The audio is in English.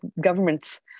governments